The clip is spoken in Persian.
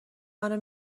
منو